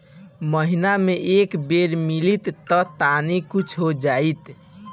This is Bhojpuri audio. महीना मे एक बेर मिलीत त तनि कुछ हो जाइत